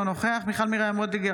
אינו נוכח מיכל מרים וולדיגר,